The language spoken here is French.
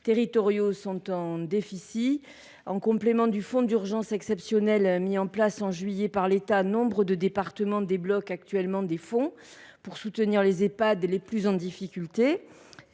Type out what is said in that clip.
territoriaux sont en déficit. En complément du fonds d’urgence exceptionnel mis en place en juillet par l’État, nombre de départements débloquent actuellement des fonds pour soutenir les Ehpad les plus en difficulté.